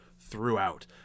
throughout